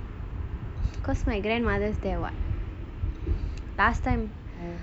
because my grandmother's there [what] last time